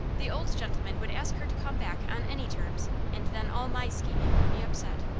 the old gentleman would ask her to come back on any terms, and then all my scheming would be upset.